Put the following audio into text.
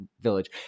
village